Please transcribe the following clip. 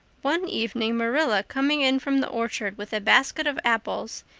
one evening marilla, coming in from the orchard with a basket of apples,